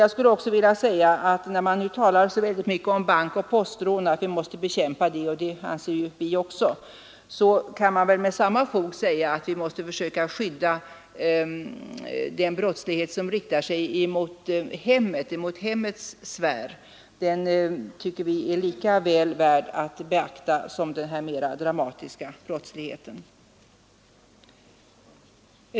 Det talas nu så mycket om att man måste bekämpa bankoch postrån — och det är något som också vi anser angeläget — men jag vill samtidigt peka på att det med samma fog kan sägas att man måste försöka skapa ett skydd mot den brottslighet som riktar sig mot hemmets sfär. Vi tycker att den är lika väl värd att beakta som den mera dramatiska brottsligheten.